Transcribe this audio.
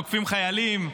תוקפים חיילים,